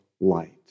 light